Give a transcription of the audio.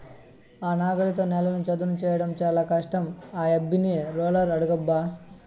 ఆ నాగలితో నేలను చదును చేయడం చాలా కష్టం ఆ యబ్బని రోలర్ అడుగబ్బా